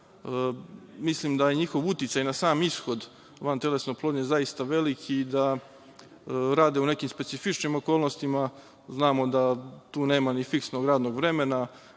Mislim da je njihov uticaj na sam ishod vantelesne oplodnje zaista veliki i da rade u nekim specifičnim okolnostima. Znamo da tu nema ni fiksnog radno vremena,